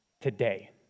today